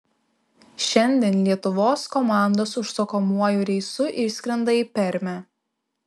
šiandien lietuvos komandos užsakomuoju reisu išskrenda į permę